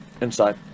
inside